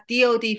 DoD